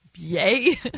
Yay